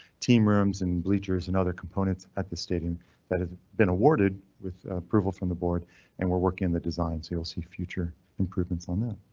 team rooms and bleachers and other components at the stadium that has been awarded with approval from the board and we're working on the design. so you'll see future improvements on them.